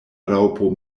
raŭpo